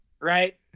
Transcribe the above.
Right